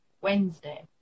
wednesday